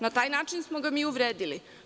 Na taj način smo ga mi uvredili?